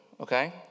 okay